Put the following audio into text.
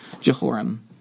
Jehoram